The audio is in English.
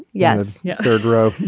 yeah. yeah third row.